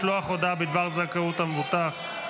משלוח הודעה בדבר זכאות המבוטח),